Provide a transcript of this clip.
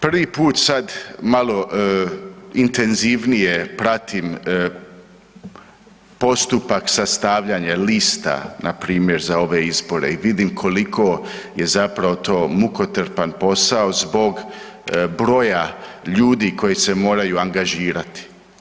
Prvi put sad malo intenzivnije pratim postupak sastavljanja lista npr. za ove izbore i vidim koliko je to zapravo mukotrpan posao zbog broja ljudi koji se moraju angažirati.